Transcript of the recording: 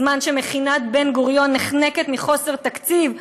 בזמן שמכינת בן גוריון נחנקת מחוסר תקציב,